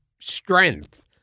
strength